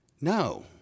No